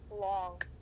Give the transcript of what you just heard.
long